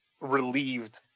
relieved